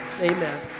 Amen